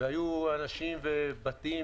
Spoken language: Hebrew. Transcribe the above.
כשהיו אנשים ובתים